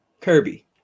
Kirby